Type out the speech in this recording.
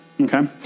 Okay